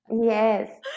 yes